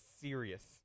serious